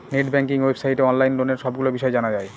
net banking ওয়েবসাইটে online লোনের সবগুলো বিষয় জানা যায়